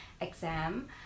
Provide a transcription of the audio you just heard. exam